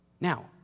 Now